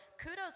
kudos